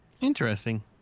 interesting